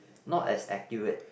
not as accurate